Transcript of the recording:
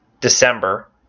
December